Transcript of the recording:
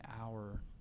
hour